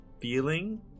feeling